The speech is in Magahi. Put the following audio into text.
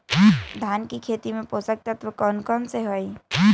धान की खेती में पोषक तत्व कौन कौन सा है?